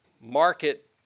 market